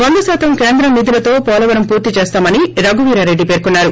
వంద శాతం కేంద్రం నిధులతో పోలవరం పూర్తి చేస్తామని రఘువీరారెడ్డి పేర్కున్నారు